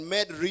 Made